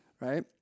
right